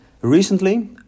recently